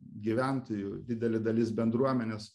gyventojų didelė dalis bendruomenės